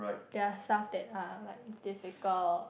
there are stuff that are like difficult